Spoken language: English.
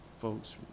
folks